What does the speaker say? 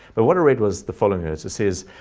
but what i read was the following. as it says,